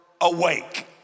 awake